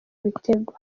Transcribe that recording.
ibitego